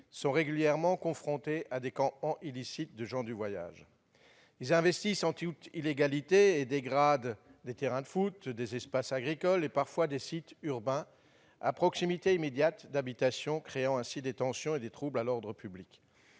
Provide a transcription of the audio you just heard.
sont régulièrement confrontées à des campements illicites de gens du voyage. Ils investissent en toute illégalité et dégradent des terrains de foot, des espaces agricoles et, parfois, des sites urbains à proximité immédiate d'habitations, créant ainsi des tensions et des troubles à l'ordre public.